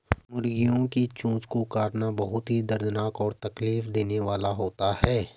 मुर्गियों की चोंच को काटना बहुत ही दर्दनाक और तकलीफ देने वाला होता है